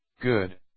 Good